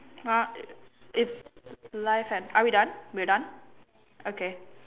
uh it's life and are we done we're done okay